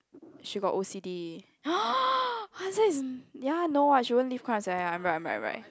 she got O_C_D ya no what she won't leave crumbs eh I am right I am right I'm right